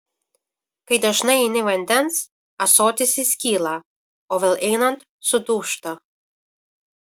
kai dažnai eini vandens ąsotis įskyla o vėl einant sudūžta